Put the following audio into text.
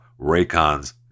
Raycons